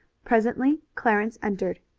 presently clarence entered.